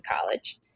college